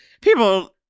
People